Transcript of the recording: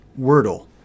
Wordle